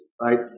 right